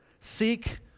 seek